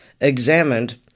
examined